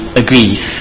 agrees